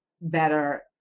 better